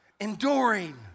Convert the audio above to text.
enduring